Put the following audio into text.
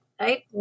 right